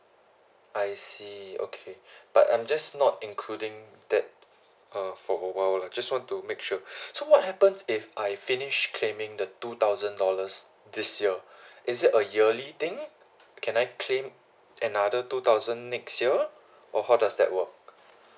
I see okay but I'm just not including that for awhile lah just want to make sure so what happens if I finish claiming the two thousand dollars this year is it a yearly thing can I claim another two thousand next year or how does that work